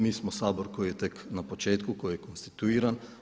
Mi smo Sabor koji je tek na početku koji je konstituiran.